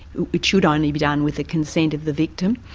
it should only be done with the consent of the victim.